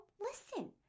listen